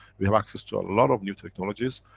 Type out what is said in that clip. we have access to a lot of new technologies.